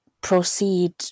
proceed